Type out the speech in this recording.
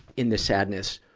in the sadness,